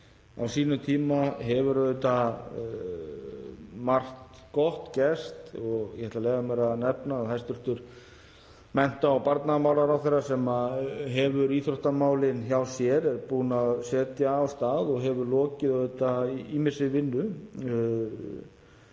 á sínum tíma hefur auðvitað margt gott gerst. Ég ætla að leyfa mér að nefna að hæstv. mennta- og barnamálaráðherra, sem hefur íþróttamálin hjá sér, er búinn að setja af stað og hefur lokið ýmissi vinnu